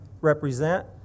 represent